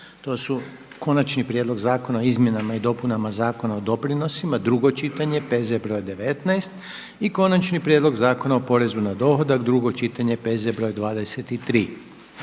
to su: - Konačni prijedlog Zakona o izmjenama i dopunama Zakona o doprinosima, drugo čitanje, P.Z.BR.19 i - Konačni prijedlog zakona o porezu na dohodak, drugo čitanje, P.Z.BR.23.